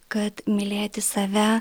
kad mylėti save